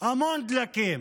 המון דלקים,